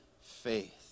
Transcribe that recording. faith